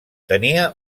tenia